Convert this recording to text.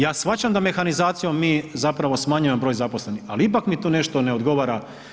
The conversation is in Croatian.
Ja shvaćam da mehanizacijom mi zapravo smanjujemo broj zaposlenih, ali ipak mi tu nešto ne odgovara.